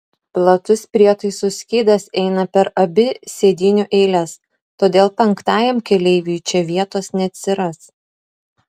platus prietaisų skydas eina per abi sėdynių eiles todėl penktajam keleiviui čia vietos neatsiras